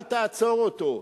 אל תעצור אותו.